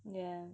yeah